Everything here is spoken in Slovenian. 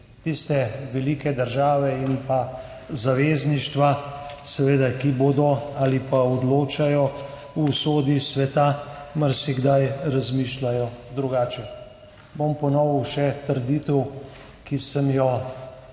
Tiste velike države in zavezništva, seveda, ki bodo ali pa odločajo o usodi sveta, marsikdaj razmišljajo drugače. Ponovil bom še trditev, ki sem jo povedal